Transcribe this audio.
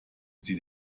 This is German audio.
sie